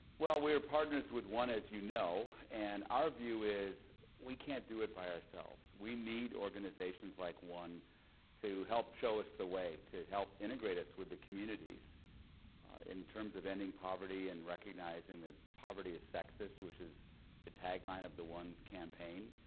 well, we're partners with one, as you know, and our view is we can't do it by ourselves. we need organizations like one to help show us the way, to help integrate us with the communities in terms of ending poverty and recognizing that poverty is sexist, which is a tag line of the one campaign.